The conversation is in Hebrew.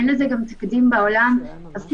שם ותפקיד לפרוטוקול.